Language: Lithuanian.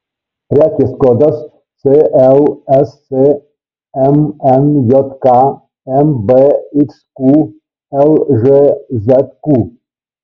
prekės kodas clsc mnjk mbxq lžzq